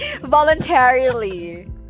voluntarily